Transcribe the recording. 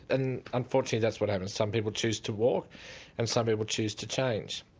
and unfortunately that's what happens, some people choose to walk and some people choose to change.